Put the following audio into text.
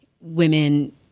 women